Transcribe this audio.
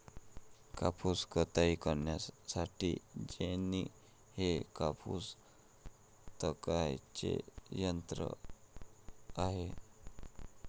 कापूस कताई करण्यासाठी जेनी हे कापूस कातण्याचे यंत्र आहे